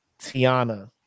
Tiana